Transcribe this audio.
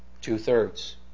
Two-thirds